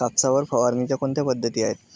कापसावर फवारणीच्या कोणत्या पद्धती आहेत?